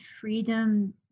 freedom